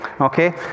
Okay